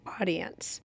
audience